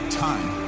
time